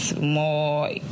more